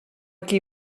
qui